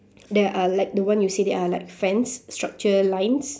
there are like the one you said there are like fans structure lines